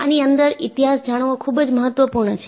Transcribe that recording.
આની અંદર ઇતિહાસ જાણવો ખૂબ જ મહત્વપૂર્ણ છે